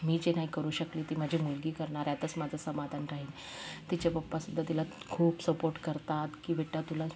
मी जे नाही करू शकले ते माझी मुलगी करणार आहे यातच माझं समाधान राहील तिचे पप्पासुद्धा तिला खूप सपोर्ट करतात की बेटा तुला